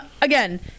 again